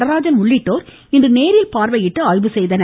நடராஜன் உள்ளிட்டோர் இன்று நேரில் பார்வையிட்டு ஆய்வு செய்தனர்